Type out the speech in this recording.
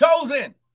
Chosen